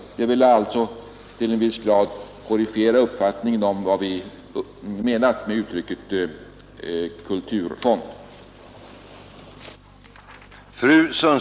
Jag ville alltså till en viss grad korrigera uppfattningen om vad vi menat med uttrycket kulturfond.